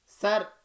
Sir